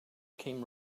came